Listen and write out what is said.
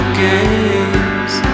games